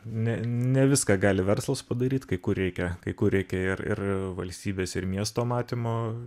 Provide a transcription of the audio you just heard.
ne ne viską gali verslas padaryt kai kur reikia kai kur reikia ir ir valstybės ir miesto matymo